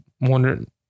wondering